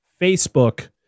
Facebook